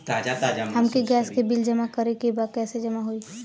हमके गैस के बिल जमा करे के बा कैसे जमा होई?